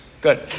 Good